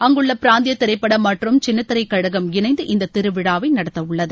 அங்குள்ள பிராந்திய திரைப்பட மற்றும் சின்னத்திரை கழகம் இணைந்து இந்த திருவிழாவை நடத்தவுள்ளது